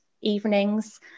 evenings